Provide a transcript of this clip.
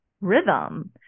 rhythm